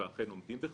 ואכן עומדים בכך.